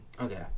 Okay